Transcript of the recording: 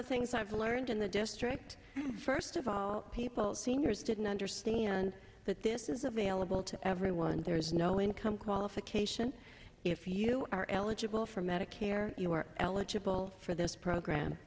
the things i've learned in the district first of all people seniors didn't understand that this is available to everyone there is no income qualification if you are eligible for medicare you are eligible for this program